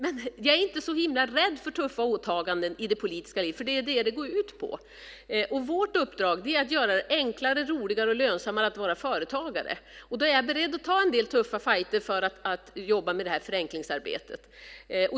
Men jag är inte så himla rädd för tuffa åtaganden i det politiska livet, för det är det som det går ut på. Vårt uppdrag är att göra det enklare, roligare och lönsammare att vara företagare. Då är jag beredd att ta en del tuffa fighter för att jobba med detta förenklingsarbete.